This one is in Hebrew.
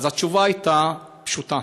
אז התשובה הייתה פשוטה: